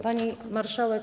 Pani Marszałek!